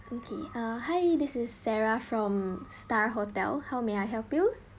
okay uh hi this is sarah from star hotel how may I help you